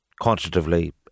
quantitatively